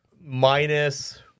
Minus